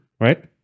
right